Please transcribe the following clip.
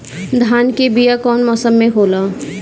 धान के बीया कौन मौसम में होला?